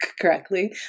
correctly